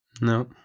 No